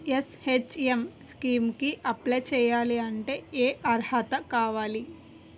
NHM scheme కి apply చేయాలి అంటే ఏ అర్హత కావాలి?